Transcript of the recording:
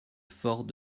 fort